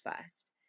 first